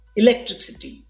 electricity